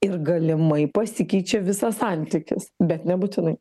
ir galimai pasikeičia visas santykis bet nebūtinai